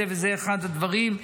זה אחד הדברים.